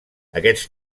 aquests